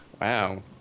Wow